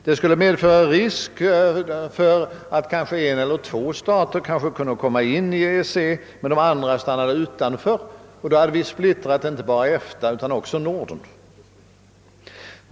Det skulle kunna medföra risk för att en eller två stater kunde komma in i EEC men att de andra stannade utanför, och då hade vi splittrat inte bara EFTA utan också Norden.